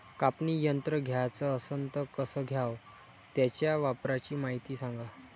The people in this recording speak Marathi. कापनी यंत्र घ्याचं असन त कस घ्याव? त्याच्या वापराची मायती सांगा